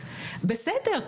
בסדר,